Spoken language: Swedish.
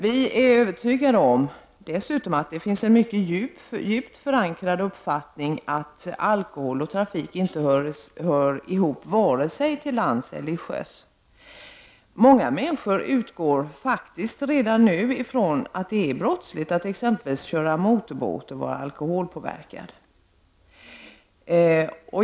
Vi är dessutom övertygade om att det finns en mycket djupt förankrad uppfattning om att alkohol och trafik inte hör ihop vare sig till lands eller till sjöss. Många människor utgår faktiskt redan nu ifrån att det är brottsligt att exempelvis köra motorbåt och vara alkoholpåverkad.